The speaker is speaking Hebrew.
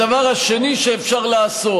הדבר השני שאפשר לעשות,